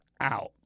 out